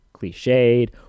cliched